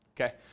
Okay